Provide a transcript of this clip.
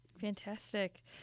Fantastic